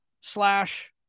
slash